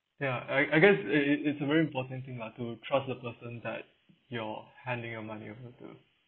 ya I I guess it it it's a very important thing lah to trust the person that you're handing your money over to